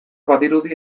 badirudi